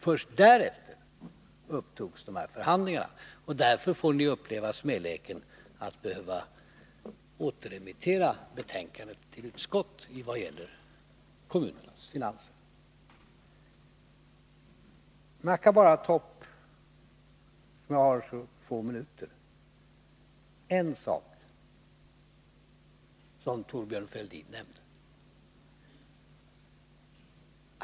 Först därefter upptogs de här förhandlingarna — och därför får ni uppleva smäleken att behöva återremittera betänkandet till utskottet vad gäller kommunernas finanser. Jag skall bara på några få minuter ta upp en sak som Thorbjörn Fälldin nämnde.